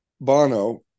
Bono